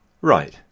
Right